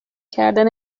کردن